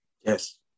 yes